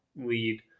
lead